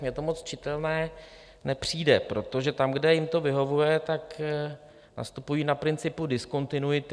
Mně to moc čitelné nepřijde, protože tam, kde jim to vyhovuje, nastupují na principu diskontinuity.